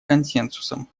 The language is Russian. консенсусом